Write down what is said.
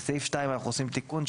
בסעיף 2 אנחנו עושים תיקון.